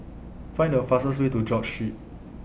Find The fastest Way to George Street